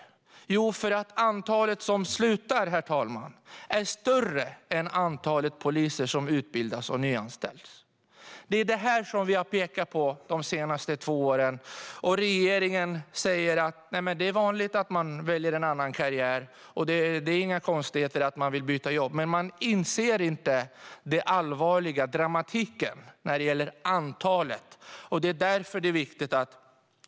Jo, det behöver vi för att antalet poliser som slutar, herr talman, är större än antalet som utbildas och nyanställs. Det är detta som vi har pekat på de senaste två åren. Regeringen säger: Nej, men det är vanligt att man väljer en annan karriär, och det är inga konstigheter att man vill byta jobb. Men man inser inte det allvarliga - dramatiken - när det gäller antalet. Det är därför det är viktigt att